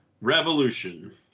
revolution